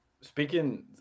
speaking